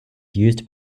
used